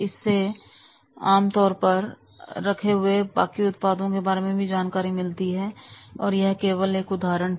इससे इससे तोर में रखे हुए बाकी उत्पादों की बारे में भी जानकारी मिलती है इसलिए यह केवल एक उदाहरण था